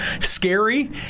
scary